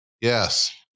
Yes